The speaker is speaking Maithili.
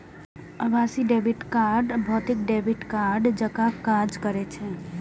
आभासी डेबिट कार्ड भौतिक डेबिट कार्डे जकां काज करै छै